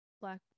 Black